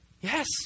Yes